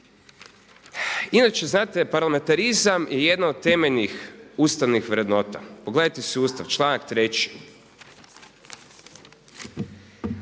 Inače znate parlamentarizam je jedno od temeljni ustavnih vrednota, pogledajte si Ustav članak 3.